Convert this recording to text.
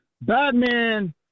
Batman